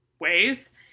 ways